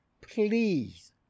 please